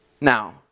Now